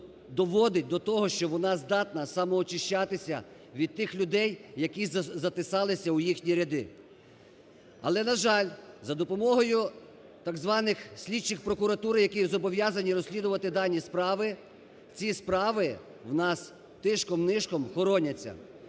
доводить до того, що вона здатна самоочищатися від тих людей, які записалися у їхні ряди. Але, на жаль, за допомогою так званих слідчих прокуратури, які зобов'язані розслідувати дані справи, ці справи в нас тишком-нишком хороняться.